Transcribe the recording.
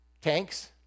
tanks